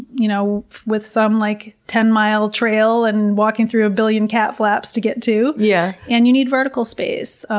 you know, with some like ten mile trail, and walking through a billion cat flaps to get to. yeah and you need vertical space.